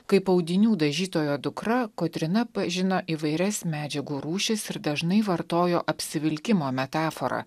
kaip audinių dažytojo dukra kotryna pažino įvairias medžiagų rūšis ir dažnai vartojo apsivilkimo metaforą